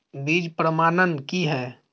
बीज प्रमाणन की हैय?